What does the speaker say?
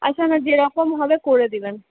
আচ্ছা না যেরকম হবে করে দেবেন